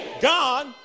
God